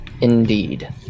Indeed